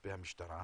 כלפי המשטרה,